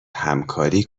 همکاری